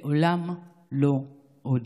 לעולם לא עוד.